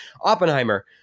Oppenheimer